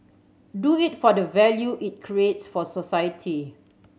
do it for the value it creates for society